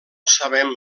sabem